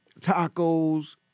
Tacos